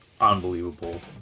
unbelievable